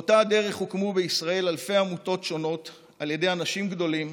באותה הדרך הוקמו בישראל אלפי עמותות על ידי אנשים גדולים